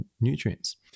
nutrients